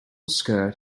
skirt